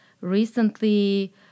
recently